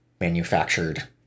manufactured